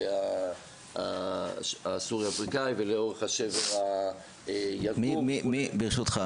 הסורי-אפריקאי ולאורך שבר יקום --- ברשותך,